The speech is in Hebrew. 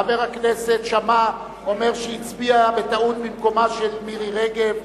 חבר הכנסת שאמה אומר שהצביע בטעות במקום מירי רגב.